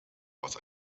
was